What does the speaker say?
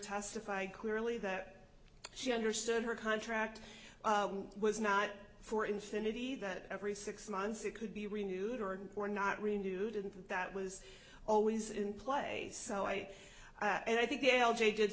testifying clearly that she understood her contract was not for infinity that every six months it could be renewed or were not renewed and that was always in play so i and i think the l g did